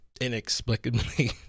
inexplicably